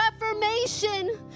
reformation